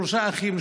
שלושה אחים,